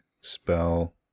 spell